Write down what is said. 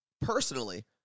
personally